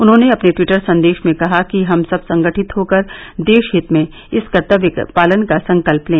उन्होंने अपने ट्वीटर संदेश में कहा कि हम सब संगठित होकर देश हित में इस कर्तव्य पालन का संकल्प लें